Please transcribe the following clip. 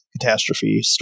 catastrophe